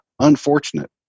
unfortunate